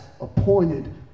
appointed